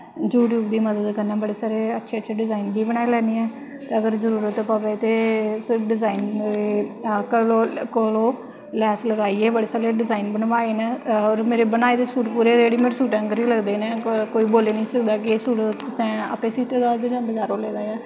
U tube दी मदद कन्नै बड़े अच्छे अच्छे डिजाइन बी बनाई लैन्नी ऐं अगर जरूरत पवै ते डिजाइन कोल लैस लगवाइयै बड़े सारे डिजाइन बनवाए न मेरे बनाए दे सूट पूरे रेडी मेड सूट आंह्गर लगदे नै कोई आखी निं सकदा कि एह् सूट तुसें अप्पे सीते दा ऐ जां बजार आह्लें दा ऐ